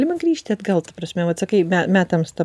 ima grįžti atgal ta prasme vat sakai bet metams ta